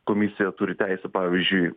komisija turi teisę pavyzdžiui